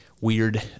weird